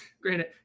Granted